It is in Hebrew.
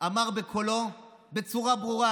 אמר בקולו בצורה ברורה,